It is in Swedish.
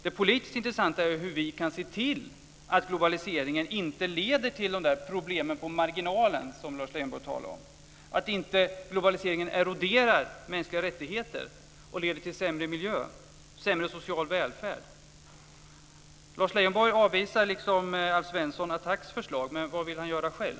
Det politiskt intressanta är hur vi kan se till att globaliseringen inte leder till de problem på marginalen som Lars Leijonborg talar om, så att globaliseringen inte eroderar mänskliga rättigheter och leder till sämre miljö och sämre social välfärd. Lars Leijonborg avvisar liksom Alf Svensson ATTAC:s förslag, men vad vill han göra själv?